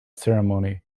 ceremony